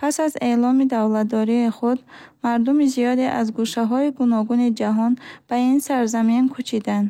Пас аз эъломи давлатдории худ, мардуми зиёде аз гӯшаҳои гуногуни ҷаҳон ба ин сарзамин кӯчиданд.